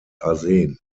arsen